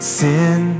sin